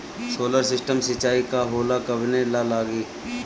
Solar system सिचाई का होला कवने ला लागी?